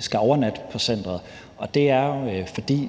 skal overnatte på centeret, og det er, fordi